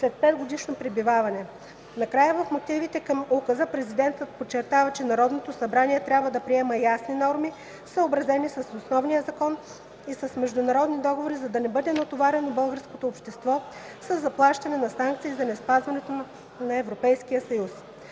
след 5-годишно пребиваване. Накрая в мотивите към указа Президентът подчертава, че Народното събрание трябва да приема ясни норми, съобразени с основния закон и с международните договори, за да не бъде натоварено българското общество със заплащане на санкции за неспазване на правото на Европейския съюз.